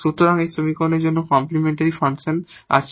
সুতরাং এই সমীকরণের জন্য কমপ্লিমেন্টরি ফাংশন আছে